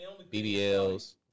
BBLs